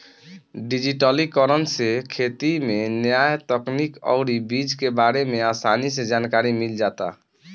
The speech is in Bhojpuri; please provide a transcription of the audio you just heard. डिजिटलीकरण से खेती में न्या तकनीक अउरी बीज के बारे में आसानी से जानकारी मिल जाता